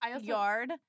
yard